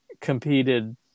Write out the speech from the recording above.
competed